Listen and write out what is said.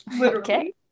okay